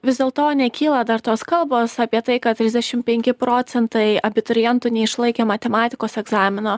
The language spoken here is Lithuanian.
vis dėlto nekyla dar tos kalbos apie tai kad trisdešim penki procentai abiturientų neišlaikė matematikos egzamino